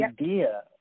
idea